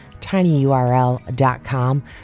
tinyurl.com